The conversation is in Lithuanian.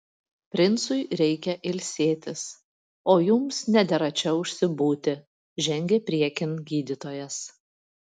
princui reikia ilsėtis o jums nedera čia užsibūti žengė priekin gydytojas